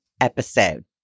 episode